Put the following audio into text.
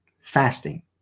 fasting